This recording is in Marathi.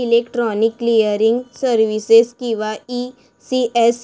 इलेक्ट्रॉनिक क्लिअरिंग सर्व्हिसेस किंवा ई.सी.एस